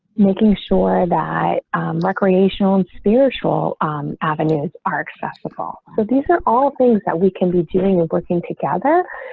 making sure that recreational and spiritual um avenues are accessible. so these are all things that we can be doing and working together.